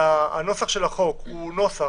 הנוסח של החוק של החוק הוא נוסח